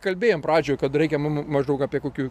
kalbėjom pradžioj kad reikia mum maždaug apie kokių